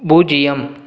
பூஜ்யம்